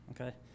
okay